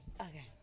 Okay